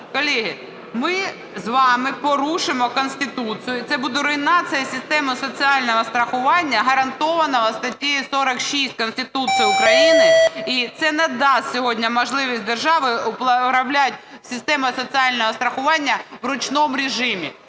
колеги, ми з вами порушуємо Конституцію, це буде руйнація системи соціального страхування, гарантованого статтею 46 Конституції України, і це не дасть сьогодні можливість держави управляти системою соціального страхування у ручному режимі,